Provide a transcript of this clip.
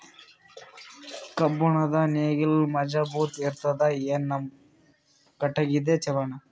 ಕಬ್ಬುಣದ್ ನೇಗಿಲ್ ಮಜಬೂತ ಇರತದಾ, ಏನ ನಮ್ಮ ಕಟಗಿದೇ ಚಲೋನಾ?